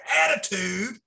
attitude